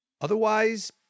Otherwise